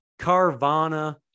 Carvana